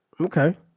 okay